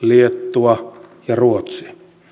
latvia liettua ja ruotsi